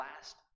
last